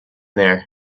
there